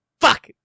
Fuck